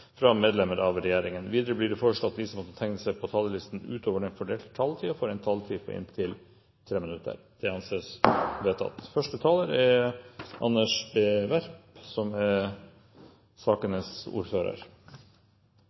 fra medlemmer av regjeringen innenfor den fordelte taletid. Videre blir det foreslått at de som måtte tegne seg på talerlisten utover den fordelte taletid, får en taletid på inntil 3 minutter. – Det anses vedtatt. Dette er, som Stortinget vil se, saker hvor den politiske uenigheten er